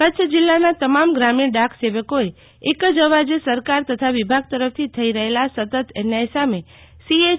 કચ્છ જિલ્લાના તમામ ગ્રામીણ ડાક સેવકોએ એક જ અવાજે સરકાર તથા વિભાગ તરફથી થઇ રફેલા સતત અન્યાય સામે સીએચ